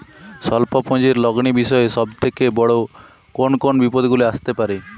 স্বল্প পুঁজির লগ্নি বিষয়ে সব থেকে বড় কোন কোন বিপদগুলি আসতে পারে?